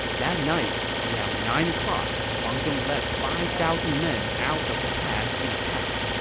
that night, around nine o'clock, huang zhong led five thousand men out of the pass and attacked.